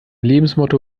lebensmotto